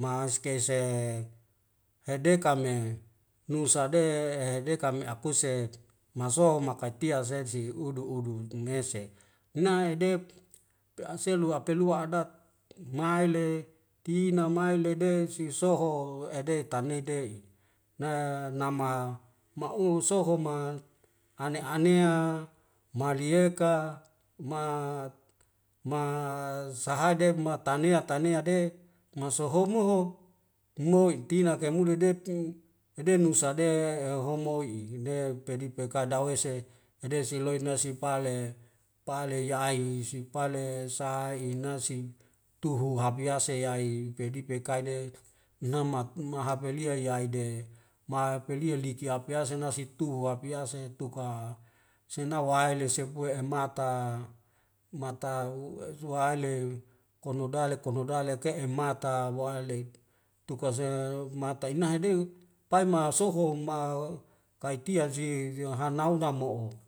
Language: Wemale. maskeuse hede kame nusa de hede kami akuse masoa makatial saji udu udu nt'mese dnaidep pea aselu apalua adat mae le tina mai lede si soho ede tane dei nai a nama ma'u sofu ma ane anea malieka ma ma sahaja i matana ia tana ia de mau sohomo ho moi tina kaimude detu ede nusade ehehomoi ne pedip kakai dawese nade siloi nasi pale pale yai si pale sai nasi tuhu habya se yai pebi pekai le namat muhabelia yai de ma pelia liki apease nasi tuhuwab yase tuka sena waili sepu em'ata mata u ezwale konodale konodale ke'emata wa'alek tuka ze mata inah deuk taima soho ma kai tia si zeo hanau nau mo'o